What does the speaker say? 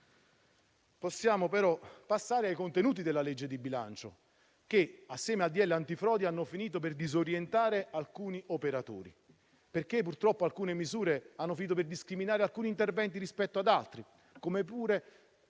possiamo però passare ai contenuti del disegno di legge di bilancio che, assieme al decreto-legge antifrode, hanno finito per disorientare alcuni operatori. Purtroppo alcune misure hanno finito per discriminare alcuni interventi rispetto ad altri, come pure